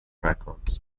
records